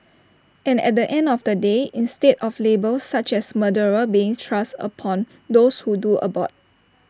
and at the end of the day instead of labels such as murderer being thrust upon those who do abort